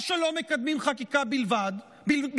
או שלא מקדמים חקיקה בכלל,